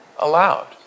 Allowed